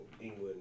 England